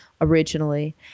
originally